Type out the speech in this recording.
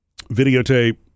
videotape